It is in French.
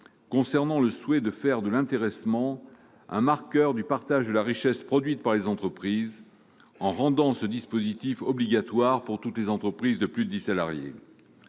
s'agissant du souhait de faire de l'intéressement un marqueur du partage de la richesse produite par les entreprises en rendant ce dispositif obligatoire pour toutes les entreprises de plus de dix salariés.